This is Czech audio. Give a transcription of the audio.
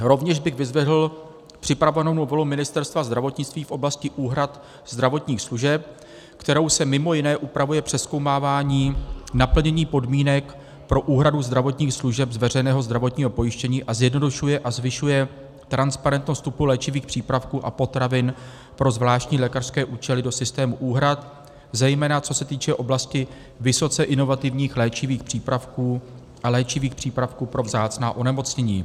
Rovněž bych vyzdvihl připravovanou novelu Ministerstva zdravotnictví v oblasti úhrad zdravotních služeb, kterou se mimo jiné upravuje přezkoumávání naplnění podmínek pro úhradu zdravotních služeb z veřejného zdravotního pojištění a zjednodušuje a zvyšuje transparentnost vstupu léčivých přípravků a potravin pro zvláštní lékařské účely do systému úhrad, zejména co se týče oblasti vysoce inovativních léčivých přípravků a léčivých přípravků pro vzácná onemocnění.